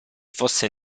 fosse